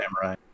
Samurai